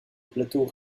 plateau